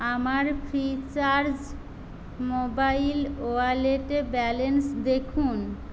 আমার Freecharge mobile ওয়ালেটে balance দেখুন